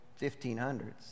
1500s